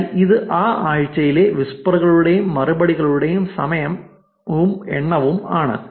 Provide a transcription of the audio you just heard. അതിനാൽ ഇത് ആ ആഴ്ചയിലെ വിസ്പറുകളുടെയും മറുപടികളുടെയും സമയവും എണ്ണവുമാണ്